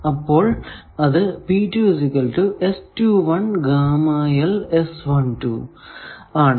അപ്പോൾ അത് ആണ്